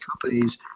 companies